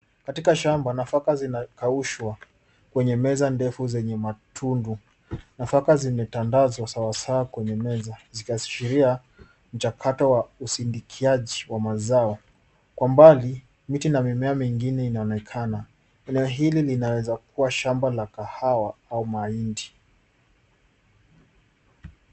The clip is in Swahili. Katika shamba, nafaka zinakaushwa kwenye meza ndefu zenye matundu. Nafaka zimetendazwa sawasawa kwenye meza zikiashiria mchakato wa usindikiaji wa mazao. Kwa mbali, miti na mimea mengine inaonekana. Eneo hili linaweza kuwa shamba la kahawa au mahindi.